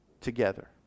together